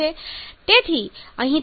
તેથી અહીં તે ડ્રાય હવાના 0